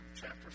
chapter